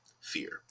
fear